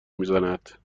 میزند